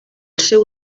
seu